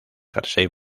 jersey